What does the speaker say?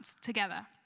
together